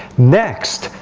next,